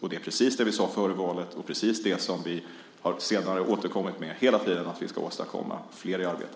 Detta är precis vad vi sade före valet och vad vi hela tiden har sagt att vi ska åstadkomma, nämligen att få flera i arbete.